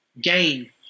gain